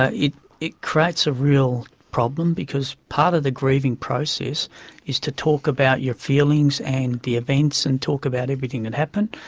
ah it it creates a real problem, because part of the grieving process is to talk about your feelings and the events, and talk about everything that and happened.